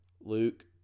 Luke